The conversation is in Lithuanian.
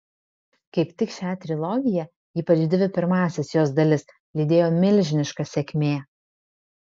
kaip tik šią trilogiją ypač dvi pirmąsias jos dalis lydėjo milžiniška sėkmė